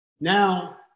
Now